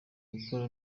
gukora